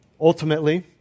Ultimately